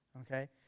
Okay